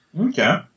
Okay